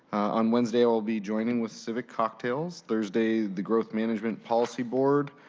on wednesday, i will be joining with civic cocktails. thursday, the growth management policy board,